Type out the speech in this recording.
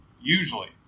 usually